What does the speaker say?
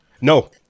No